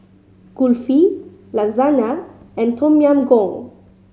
Kulfi Lasagna and Tom Yam Goong